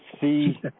see